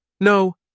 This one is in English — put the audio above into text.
No